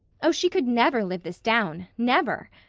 oh, she could never live this down never!